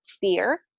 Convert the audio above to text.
fear